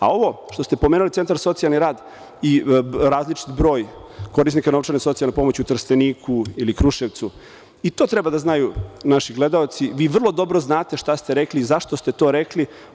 A, ovo što ste pomenuli centar za socijalni rad i različit broj korisnika novčane socijalne pomoći u Trsteniku i Kruševcu i to treba da znaju naši gledaoci, vi vrlo dobro znate šta ste rekli, zašto ste to rekli.